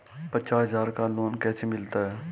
पचास हज़ार का लोन कैसे मिलता है?